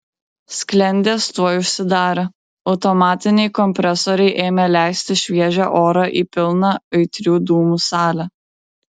sklendės tuoj užsidarė automatiniai kompresoriai ėmė leisti šviežią orą į pilną aitrių dūmų salę